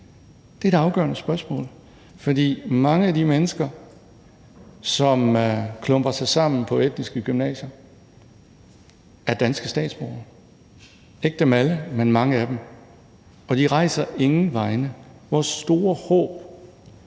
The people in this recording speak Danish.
Det er det afgørende spørgsmål. For mange af de mennesker, som klumper sig sammen på etniske gymnasier, er danske statsborgere, ikke dem alle, men mange af dem, og de rejser ingen vegne. Vores store håb